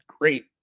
great